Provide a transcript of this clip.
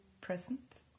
present